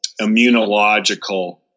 immunological